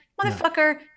Motherfucker